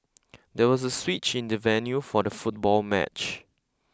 there was a switch in the venue for the football match